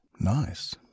Nice